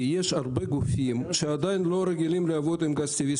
כי יש הרבה גופים שעדיין לא רגילים לעבוד עם גז טבעי.